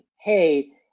hey